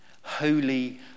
Holy